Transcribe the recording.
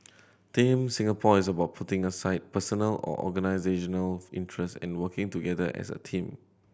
Team Singapore is about putting aside personal or organisational interests and working together as a team